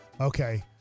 Okay